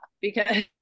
because-